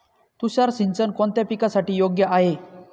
तुषार सिंचन कोणत्या पिकासाठी योग्य आहे?